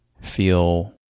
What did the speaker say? feel